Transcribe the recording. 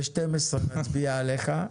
ב-12:00 נצביע עליך.